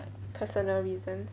personal reasons